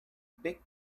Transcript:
big